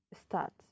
start